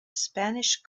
spanish